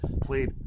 played